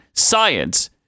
science